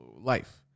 life